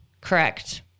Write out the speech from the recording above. Correct